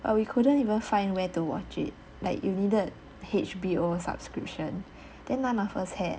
well we couldn't even find where to watch it like we needed H_B_O subscription then none of us have